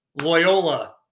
Loyola